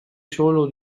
solo